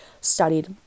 studied